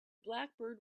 blackbird